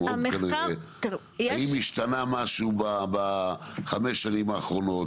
האם השתנה משהו בחמש השנים האחרונות,